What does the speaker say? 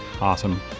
Awesome